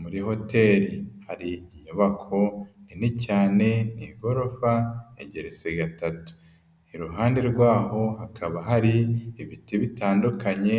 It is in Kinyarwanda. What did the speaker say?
Muri hoteri hari inyubako nini cyane ni igorofa igeretse gatatu, iruhande rwaho hakaba hari ibiti bitandukanye